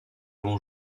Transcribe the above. vont